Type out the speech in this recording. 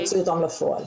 להוציא אותם לפועל.